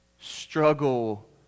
struggle